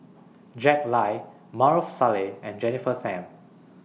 Jack Lai Maarof Salleh and Jennifer Tham